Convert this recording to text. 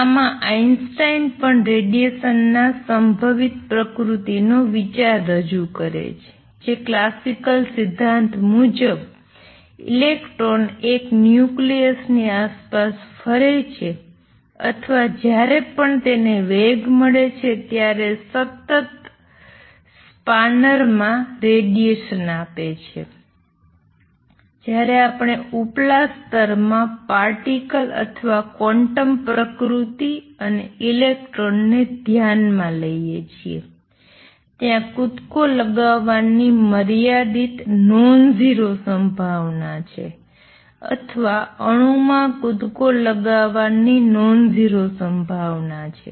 આમાં આઇન્સ્ટાઇન પણ રેડિએશન ના સંભવિત પ્રકૃતિનો વિચાર રજૂ કરે છે જે ક્લાસિકલ સિદ્ધાંત મુજબ ઇલેક્ટ્રોન એક ન્યુક્લિયસની આસપાસ ફરે છે અથવા જ્યારે પણ તેને વેગ મળે છે ત્યારે સતત સ્પાનરમાં રેડિએશન આપે છે જ્યારે આપણે ઉપલા સ્તરમાં પાર્ટીકલ અથવા ક્વોન્ટમ પ્રકૃતિ અને ઇલેક્ટ્રોનને ધ્યાનમાં લઈએ છીએ ત્યાં કૂદકો લગાવવાની મર્યાદિત નોનઝીરો સંભાવના છે અથવા અણુમાં કૂદકો લગાવવાની નોનઝીરો સંભાવના છે